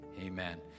Amen